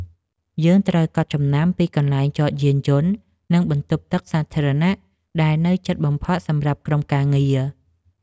យើងត្រូវកត់ចំណាំពីកន្លែងចតយានយន្ត និងបន្ទប់ទឹកសាធារណៈដែលនៅជិតបំផុតសម្រាប់ក្រុមការងារ។